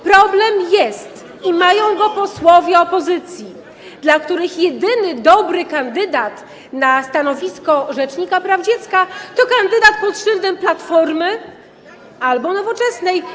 Problem jest i mają go posłowie opozycji, dla których jedyny dobry kandydat na stanowisko rzecznika praw dziecka to kandydat pod szyldem Platformy albo Nowoczesnej.